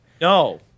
No